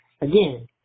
again